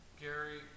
Gary